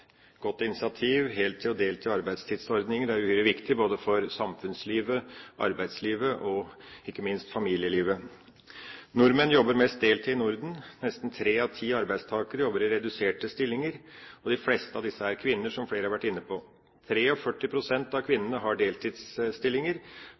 arbeidslivet og ikke minst for familielivet. Nordmenn jobber mest deltid i Norden. Nesten tre av ti arbeidstakere jobber i reduserte stillinger, og de fleste av disse er kvinner, som flere har vært inne på. 43 pst. av